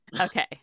Okay